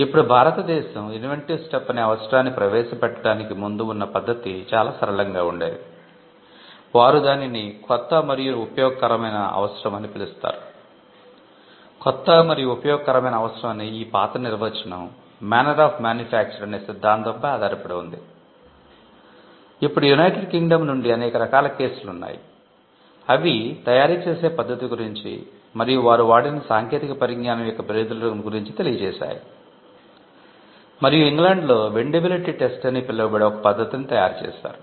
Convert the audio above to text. ఇప్పుడు భారతదేశం inventive step అని పిలువబడే ఒక పద్ధతిని తయారు చేసారు